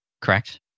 Correct